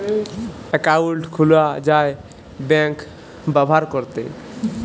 account খুলা যায় bank ব্যাভার ক্যরতে